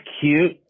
cute